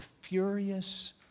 furious